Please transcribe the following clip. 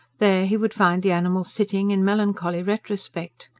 there he would find the animal sitting, in melancholy retrospect.